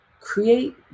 create